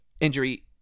injury